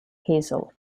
hazel